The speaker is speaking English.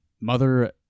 Mother